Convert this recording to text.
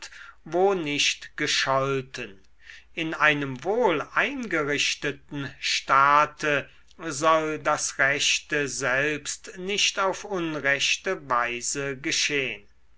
wo nicht gescholten in einem wohleingerichteten staate soll das rechte selbst nicht auf unrechte weise geschehn